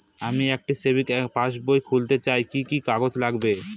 আমি একটি সেভিংস পাসবই খুলতে চাই কি কি কাগজ লাগবে?